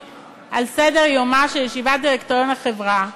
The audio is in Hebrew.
על סדר-יומה של ישיבת דירקטוריון החברה,